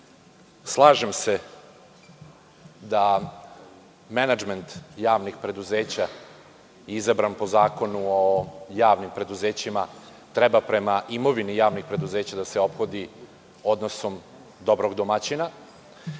Slažem se da menadžment javnih preduzeća je izabran po Zakonu o javnim preduzećima i treba prema imovini javnih preduzeća da se ophodi odnosom dobrog domaćina.